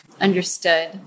understood